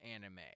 anime